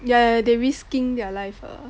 yeah they risking their life ah